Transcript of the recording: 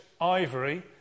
ivory